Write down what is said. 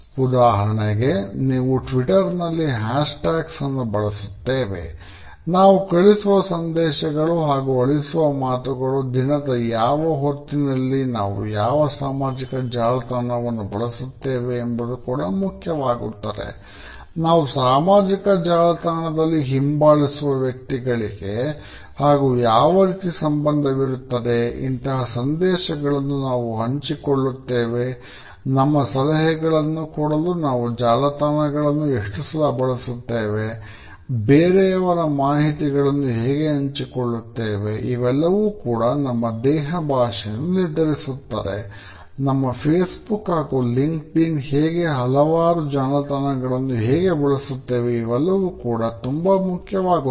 ಉದಾಹರಣೆಗೆ ನಾವು ಟ್ವಿಟ್ಟರ್ ನಲ್ಲಿ ಹೀಗೆ ಹಲವಾರು ಜಾಲತಾಣವನ್ನು ಹೇಗೆ ಬಳಸುತ್ತೇವೆ ಇವೆಲ್ಲವೂ ಕೂಡ ಮುಖ್ಯವಾಗುತ್ತದೆ